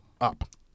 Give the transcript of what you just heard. up